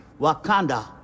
Wakanda